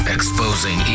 Exposing